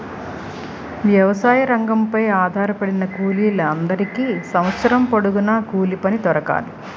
వ్యవసాయ రంగంపై ఆధారపడిన కూలీల అందరికీ సంవత్సరం పొడుగున కూలిపని దొరకాలి